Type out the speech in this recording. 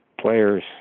players